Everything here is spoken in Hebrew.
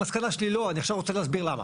המסקנה שלי לא ואני רוצה להסביר למה.